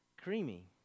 Creamy